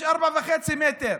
יש 4.5 מטר.